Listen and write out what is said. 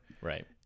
Right